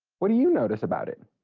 what do you notice about it?